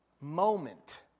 moment